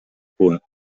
punt